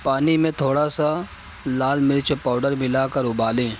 پانی میں تھوڑا سا لال مرچ پاؤڈر ملا کر ابالیں